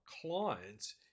clients